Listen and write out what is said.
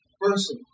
person